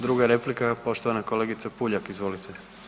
Druga replika, poštovana kolegica Puljak, izvolite.